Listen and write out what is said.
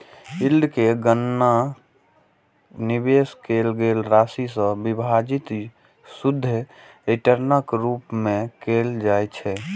yield के गणना निवेश कैल गेल राशि सं विभाजित शुद्ध रिटर्नक रूप मे कैल जाइ छै